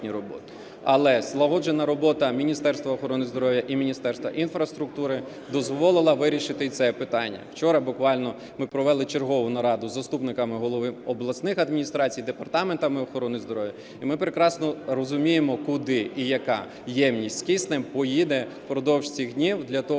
Але злагоджена робота Міністерства охорони здоров'я і Міністерства інфраструктури дозволила вирішити й це питання. Вчора буквально ми провели чергову народу з заступниками голів обласних адміністрацій, департаментами охорони здоров'я і ми прекрасно розуміємо, куди і яка ємність з киснем поїде впродовж цих днів для того,